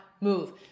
move